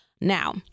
Now